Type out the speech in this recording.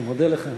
אני מודה לך,